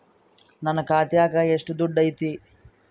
ನನ್ನ ಖಾತ್ಯಾಗ ಎಷ್ಟು ದುಡ್ಡು ಐತಿ?